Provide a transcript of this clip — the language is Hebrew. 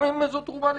גם אם זו תרומה לגיטימית,